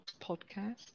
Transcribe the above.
podcast